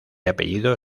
apellido